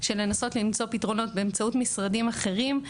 של לנסות למצוא פתרונות באמצעות משרדים אחרים,